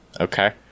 Okay